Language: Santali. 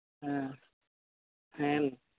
ᱦᱮᱸ ᱦᱮᱸ